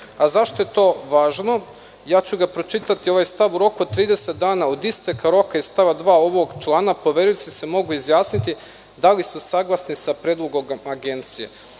Zašto je to važno? Pročitaću ovaj stav „U roku od 30 dana od isteka roka iz stava 2. ovog člana poverioci se mogu izjasniti da li su saglasni sa predlogom Agencije“.